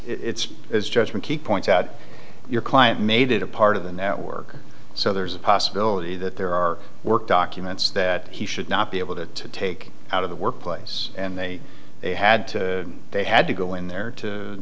it's as judgment he points out your client made it a part of the network so there's a possibility that there are work documents that he should not be able to take out of the workplace and they they had to they had to go in there to